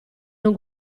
non